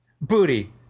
Booty